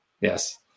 Yes